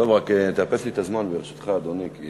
טוב, רק תאפס לי את הזמן, ברשותך, אדוני.